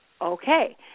okay